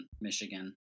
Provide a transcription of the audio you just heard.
Michigan